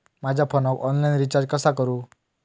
माझ्या फोनाक online recharge कसा करू?